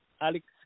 Alex